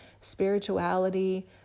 spirituality